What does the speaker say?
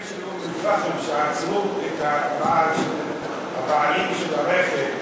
באום-אלפחם, כשעצרו את הבעלים של הרכב,